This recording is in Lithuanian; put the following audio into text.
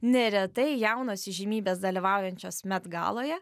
neretai jaunos įžymybės dalyvaujančios met galoje